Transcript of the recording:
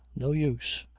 no use.